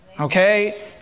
okay